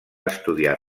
estudiar